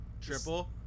triple